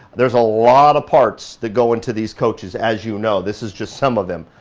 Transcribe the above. there's a lot of parts that go into these coaches. as you know, this is just some of them.